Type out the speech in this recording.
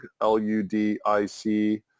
L-U-D-I-C